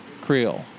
Creole